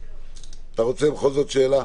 אתה רוצה בכל זאת שאלה?